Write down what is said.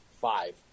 five